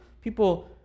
People